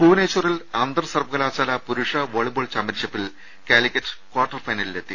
ഭുവനേശ്വറിൽ അന്തർസർവകലാശാല പുരുഷ വോളിബോൾ ചാമ്പൃൻഷിപ്പിൽ കലിക്കറ്റ് ക്വാർട്ടർ ഫൈനലിലെത്തി